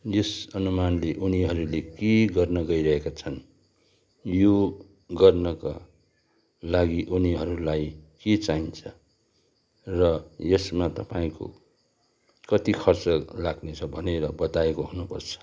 यस अनुमानले उनीहरूले के गर्न गइरहेका छन् यो गर्नाका लागि उनीहरूलाई के चाहिन्छ र यसमा तपाईँको कति खर्च लाग्नेछ भनेर बताएको हुनुपर्छ